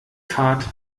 fahrt